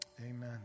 Amen